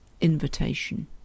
invitation